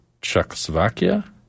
Czechoslovakia